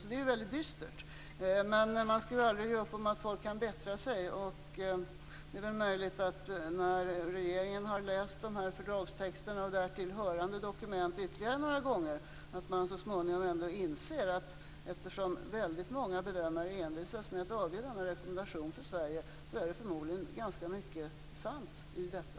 Det är väldigt dystert. Men man skall aldrig ge upp om att folk kan bättra sig. Det är möjligt att regeringen, efter att ha läst fördragstexterna och därtill hörande dokument ytterligare några gånger, så småningom inser att eftersom väldigt många bedömare envisas med att avge denna rekommendation för Sverige är det förmodligen ganska mycket som är sant i detta.